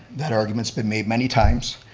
that argument's been made many times,